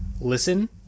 listen